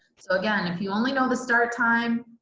so again, if you only know the star time,